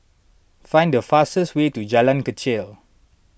find the fastest way to Jalan Kechil